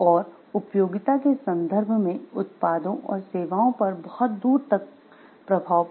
और उपयोगिता के संदर्भ में उत्पादों और सेवाओं पर बहुत दूर तक प्रभाव पड़ता है